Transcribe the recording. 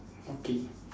okay